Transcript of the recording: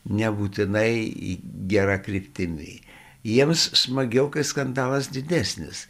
nebūtinai gera kryptimi jiems smagiau kai skandalas didesnis